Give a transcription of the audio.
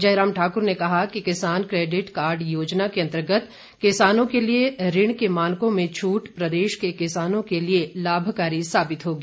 जयराम ठाकुर ने कहा कि किसान क्रेडिट कार्ड योजना के अन्तर्गत किसानों के लिए ऋण के मानकों में छूट प्रदेश के किसानों के लिए लाभकारी साबित होगी